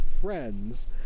Friends